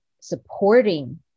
supporting